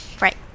Right